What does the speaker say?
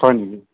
হয় নেকি